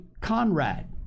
Conrad